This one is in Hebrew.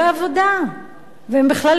הם בכלל לא פליטים,